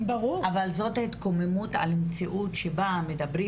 אבל זאת ההתקוממות על מציאות שבה מדברים